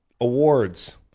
awards